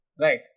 right